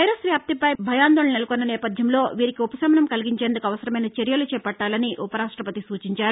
virus వ్యాప్తిపై భయాందోళనలు నెలకొన్న నేపథ్యంలో వీరికి ఉపశమనం కల్గించేందుకు అవసరమైన చర్యలు చేపట్టాలని ఉపరాష్టపతి సూచించారు